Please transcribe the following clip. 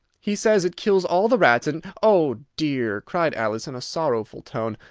he says it kills all the rats and oh dear! cried alice in a sorrowful tone,